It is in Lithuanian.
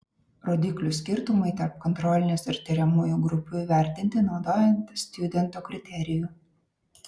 rodiklių skirtumai tarp kontrolinės ir tiriamųjų grupių įvertinti naudojant stjudento kriterijų